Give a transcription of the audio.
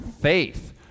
faith